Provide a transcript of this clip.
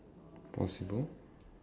possible